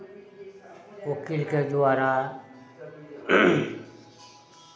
ओकीलके द्वारा